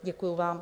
Děkuji vám.